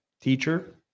teacher